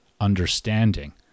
understanding